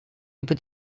über